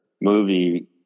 movie